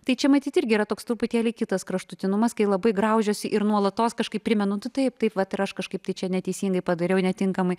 tai čia matyt irgi yra toks truputėlį kitas kraštutinumas kai labai graužiuosi ir nuolatos kažkaip primenu taip taip vat ir aš kažkaip čia neteisingai padariau netinkamai